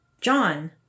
John